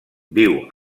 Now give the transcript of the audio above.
viu